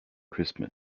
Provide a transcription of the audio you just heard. christmas